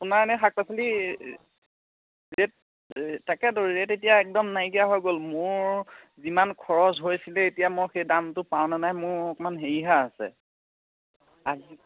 আপোনাৰ এনেই শাক পাচলি ৰেট তাকেইটো ৰেট এতিয়া একদম নাইকিয়া হৈ গ'ল মোৰ যিমান খৰচ হৈছিলে এতিয়া মই সেই দামটো পাওঁ নে নাই মোৰ অকণমান হেৰিহে আছে